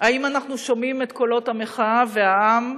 האם אנחנו שומעים את קולות המחאה והעם,